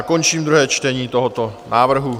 Končím druhé čtení tohoto návrhu.